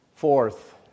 Fourth